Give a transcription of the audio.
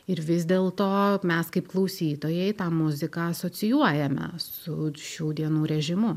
ir vis dėlto mes kaip klausytojai tą muziką asocijuojame su šių dienų režimu